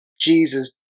Jesus